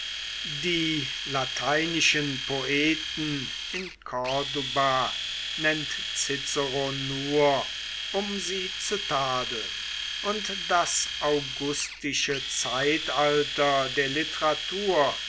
die lateinischen poeten in corduba nennt cicero nur um sie zu tadeln und das augustische zeitalter der literatur